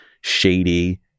shady